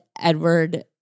Edward